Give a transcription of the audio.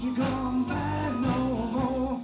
you know